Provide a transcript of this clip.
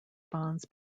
bonds